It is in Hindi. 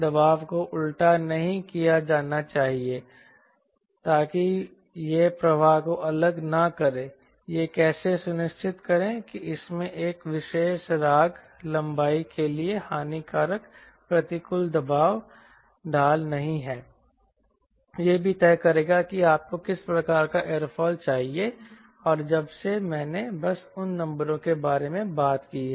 दबाव को उल्टा नहीं किया जाना चाहिए ताकि यह प्रवाह को अलग न करे यह कैसे सुनिश्चित करें कि इसमें एक विशेष राग लंबाई के लिए हानिकारक प्रतिकूल दबाव ढाल नहीं है यह भी तय करेगा कि आपको किस प्रकार का एयरोफॉयल चाहिए और जब से मैंने बस उन नंबरों के बारे में बात की है